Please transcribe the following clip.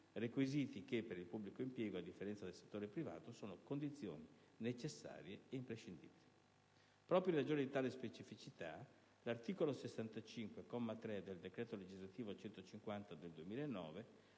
requisiti che per il pubblico impiego - a differenza del settore privato - sono condizioni necessarie ed imprescindibili. Proprio in ragione di tale specificità, l'articolo 65, comma 3, del decreto legislativo n. 150 del 2009